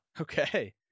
Okay